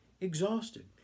exhausted